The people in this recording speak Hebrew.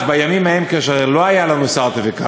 אז, בימים ההם, כאשר לא היו לנו סרטיפיקטים,